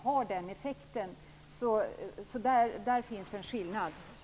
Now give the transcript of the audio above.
Där finns en skillnad som är ideologisk.